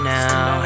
now